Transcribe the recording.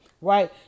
right